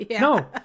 no